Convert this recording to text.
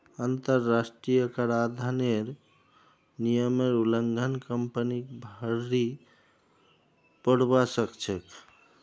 अंतरराष्ट्रीय कराधानेर नियमेर उल्लंघन कंपनीक भररी पोरवा सकछेक